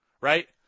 right